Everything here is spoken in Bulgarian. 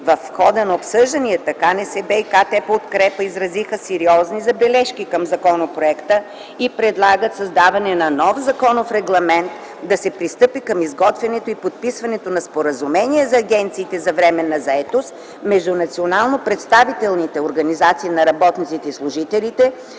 В хода на обсъжданията КНСБ и КТ „Подкрепа” изразиха сериозни забележки към законопроекта и предлагат създаване на законов регламент, да се пристъпи към изготвянето и подписването на Споразумение за агенциите за временна заетост между национално представителните организации на работниците и служителите